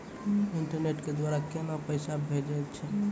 Internet के द्वारा केना पैसा भेजय छै?